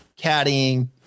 caddying